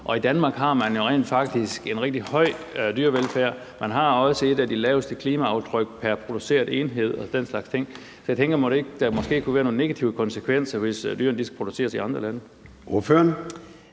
og i Danmark har man jo rent faktisk en rigtig høj dyrevelfærd. Man har også et af de laveste klimaaftryk pr. produceret enhed og den slags ting. Så jeg tænker, om der mon ikke måske kunne være nogle negative konsekvenser, hvis de produkter skal produceres i andre lande.